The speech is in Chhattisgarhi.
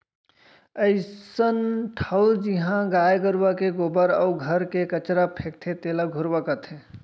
अइसन ठउर जिहॉं गाय गरूवा के गोबर अउ घर के कचरा फेंकाथे तेला घुरूवा कथें